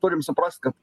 turim suprast kad